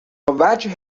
وجه